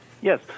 Yes